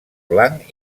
blanc